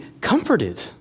comforted